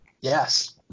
Yes